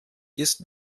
ist